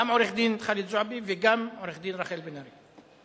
גם עורך-הדין ח'אלד זועבי וגם עורכת-הדין רחל בן-ארי.